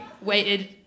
waited